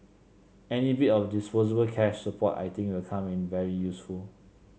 any bit of disposable cash support I think will come in very useful